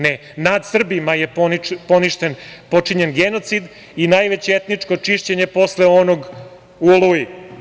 Ne, nad Srbima je počinjen genocid i najveće etničko čišćenje posle onog u „Oluji“